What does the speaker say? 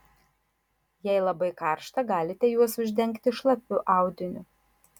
jei labai karšta galite juos uždengti šlapiu audiniu